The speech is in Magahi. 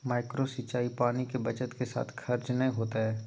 माइक्रो सिंचाई पानी के बचत के साथ खर्च नय होतय